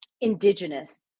indigenous